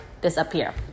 disappear